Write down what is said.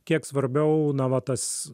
kiek svarbiau na va tas